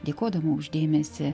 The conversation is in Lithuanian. dėkodama už dėmesį